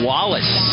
Wallace